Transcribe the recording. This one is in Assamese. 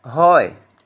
হয়